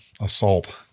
assault